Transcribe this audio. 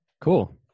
Cool